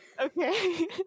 Okay